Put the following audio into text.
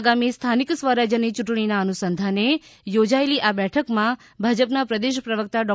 આગામી સ્થાનિક સ્વરાજ્યની ચૂંટણીનાં અનુસંધાને યોજાયેલી આ બેઠકમાં ભાજપનાં પ્રદેશ પ્રવક્તાં ડો